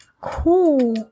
cool